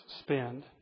spend